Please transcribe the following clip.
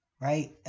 right